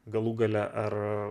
galų gale ar